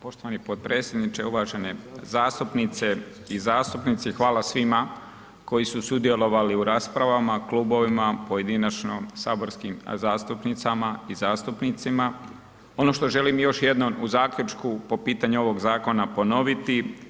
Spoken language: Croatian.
Poštovani potpredsjedniče, uvažene zastupnice i zastupnici, hvala svima koji su sudjelovali u raspravama, klubovima, pojedinačno, saborskim zastupnicama i zastupnicima, ono što želim još jednom u zaključku po pitanju ovog zakona ponoviti.